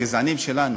הגזענים שלנו,